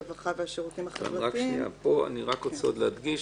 הרווחה והשירותים החברתיים- - רק פה אני רוצה עוד להדגיש